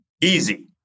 easy